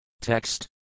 Text